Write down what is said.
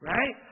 Right